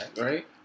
right